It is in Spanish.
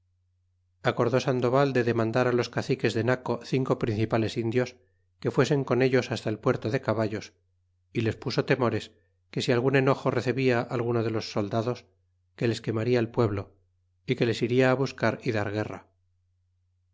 acordó sandoval de demandar á los caciques de naco cinco principales indios que fuesen con ellos hasta el puerto de caballos y les puso temores que si algun enojo recebia alguno de los soldados que les quernaria el pueblo y que les iria á buscar y dar guerra